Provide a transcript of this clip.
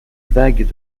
vague